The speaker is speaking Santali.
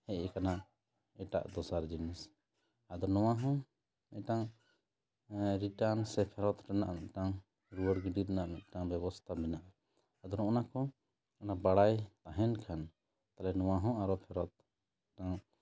ᱦᱮᱡ ᱟᱠᱟᱱᱟ ᱮᱴᱟᱜ ᱫᱚᱥᱟᱨ ᱡᱤᱱᱤᱥ ᱟᱫᱚ ᱱᱚᱣᱟ ᱦᱚᱸ ᱢᱤᱫᱴᱟᱝ ᱨᱤᱴᱟᱱ ᱥᱮ ᱯᱷᱮᱨᱚᱛ ᱨᱮᱱᱟᱜ ᱢᱤᱫᱴᱟᱝ ᱨᱩᱭᱟᱹᱲ ᱜᱤᱰᱤ ᱨᱮᱱᱟᱜ ᱢᱤᱫᱴᱟᱝ ᱵᱮᱵᱚᱥᱛᱷᱟ ᱢᱮᱱᱟᱜᱼᱟ ᱟᱫᱚ ᱱᱚᱜᱱᱟ ᱠᱚ ᱚᱱᱟ ᱵᱟᱲᱟᱭ ᱛᱟᱦᱮᱱ ᱠᱷᱟᱱ ᱛᱟᱦᱚᱞᱮ ᱱᱚᱣᱟ ᱦᱚᱸ ᱟᱨᱚ ᱯᱷᱮᱨᱚᱛ